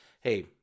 Hey